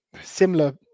similar